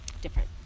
different